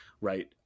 Right